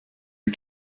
are